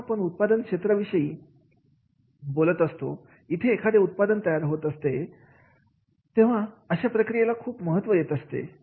जेव्हा आपण उत्पादन क्षेत्राविषयी बोलत असतो इथे एखादे उत्पादन तयार होत असते तेव्हा अशा प्रक्रियेला खूप महत्त्व येत असते